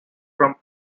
from